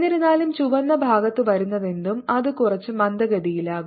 എന്നിരുന്നാലും ചുവന്ന ഭാഗത്ത് വരുന്നതെന്തും അത് കുറച്ച് മന്ദഗതിയിലാകും